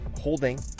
holding